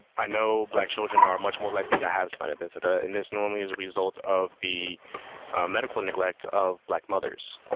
i know black children are much more likely to have spina bifida, and this normally is a result of the medical neglect of black mothers.